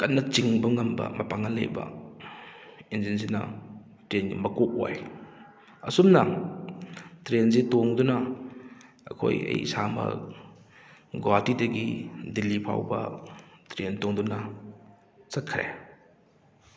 ꯀꯟꯅ ꯆꯤꯡꯕ ꯉꯝꯕ ꯃꯄꯥꯡꯒꯟ ꯂꯩꯕ ꯏꯟꯖꯤꯟꯁꯤꯅ ꯇ꯭ꯔꯦꯟꯒꯤ ꯃꯀꯣꯛ ꯑꯣꯏ ꯑꯁꯨꯝꯅ ꯇ꯭ꯔꯦꯟꯁꯦ ꯇꯣꯡꯗꯨꯅ ꯑꯩꯈꯣꯏ ꯑꯩ ꯏꯁꯥꯃꯛ ꯒꯣꯍꯥꯇꯤꯗꯒꯤ ꯗꯦꯜꯂꯤ ꯐꯥꯎꯕ ꯇ꯭ꯔꯦꯟ ꯇꯣꯡꯗꯨꯅ ꯆꯠꯈ꯭ꯔꯦ